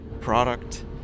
product